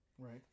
Right